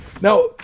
Now